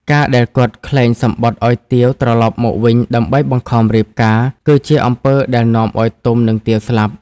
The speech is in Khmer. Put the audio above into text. ការដែលគាត់ក្លែងសំបុត្រឲ្យទាវត្រឡប់មកវិញដើម្បីបង្ខំរៀបការ គឺជាអំពើដែលនាំឲ្យទុំ និងទាវស្លាប់។